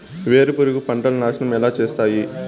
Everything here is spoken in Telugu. వేరుపురుగు పంటలని నాశనం ఎలా చేస్తాయి?